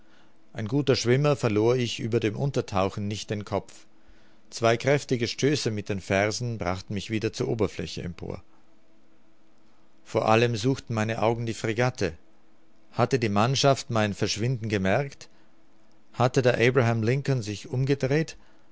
ein guter schwimmer verlor ich über dem untertauchen nicht den kopf zwei kräftige stöße mit den fersen brachten mich wieder zur oberfläche empor vor allem suchten meine augen die fregatte hatte die mannschaft mein verschwinden gemerkt hatte der abraham lincoln sich umgedreht